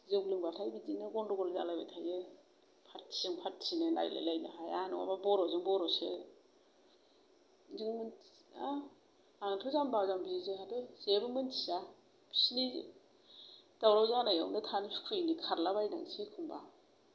जौ लोंब्लाथाय बिदिनो गन्दगल जालायबाय थायो पार्टि जों पार्टि नो नायलायलायनो हाया नङाब्ला बर'जों बर'सो जों मोनथिया आंहाथ' जाम्बा जाम्बि जोंहाथ' जेबो मोनथिया बिसोरनि दावराव जानायावनो थानो सुखुयैनि खारला बायनांनोसै एखमब्ला